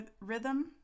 rhythm